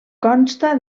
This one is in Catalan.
consta